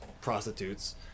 prostitutes